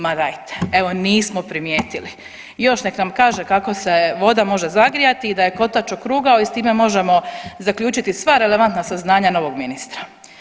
Ma dajte, evo nismo primijetili, još nek nam kaže kako se voda može zagrijati i da je kotač okrugao i s time možemo zaključiti sva relevantna saznanja novog ministra.